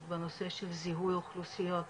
בנושא של זיהוי אוכלוסיות בסיכון.